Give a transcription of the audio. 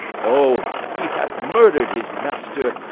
o, he hath murdered his master!